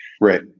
Right